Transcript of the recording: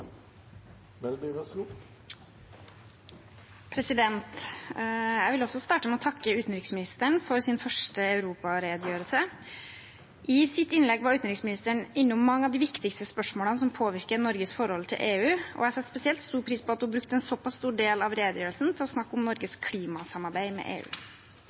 Jeg vil også starte med å takke utenriksministeren for hennes første europaredegjørelse. I sitt innlegg var utenriksministeren innom mange av de viktigste spørsmålene som påvirker Norges forhold til EU, og jeg satte spesielt stor pris på at hun brukte en såpass stor del av redegjørelsen til å snakke om Norges klimasamarbeid med EU.